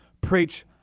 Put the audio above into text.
preach